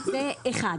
זה אחת.